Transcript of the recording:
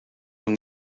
from